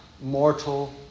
mortal